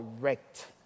correct